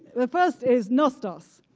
the first is nostos,